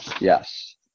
Yes